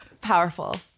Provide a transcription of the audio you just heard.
powerful